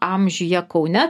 amžiuje kaune